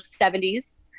70s